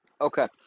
Okay